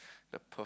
the per~